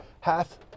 hath